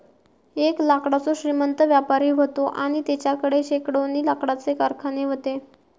एक लाकडाचो श्रीमंत व्यापारी व्हतो आणि तेच्याकडे शेकडोनी लाकडाचे कारखाने व्हते